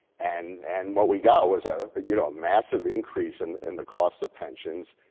and and what we got was a but you know massive increase and in the cost of pensions.